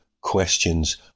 questions